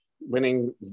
winning